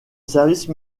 service